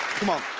come on,